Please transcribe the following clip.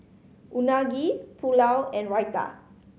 Unagi Pulao and Raita